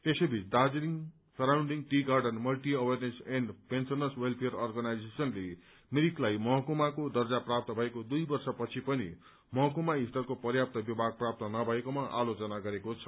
यसैबीच Darjeeling surrounding tea garden multi awareness and pensioners welfare अर्गनाइजेशनले मिरिकलाई महकुमाको दर्जा प्राप्त भएको दुइ वर्षपछि पनि महकुमा स्तरको पर्याप्त विभाग प्राप्त नभएकोमा आलोचना गरेको छ